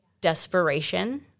desperation